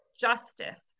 justice